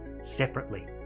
separately